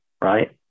right